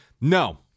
no